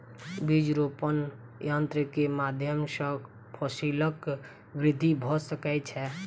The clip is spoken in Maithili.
बीज रोपण यन्त्र के माध्यम सॅ फसीलक वृद्धि भ सकै छै